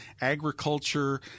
agriculture